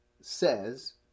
says